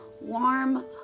warm